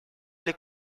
alle